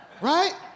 right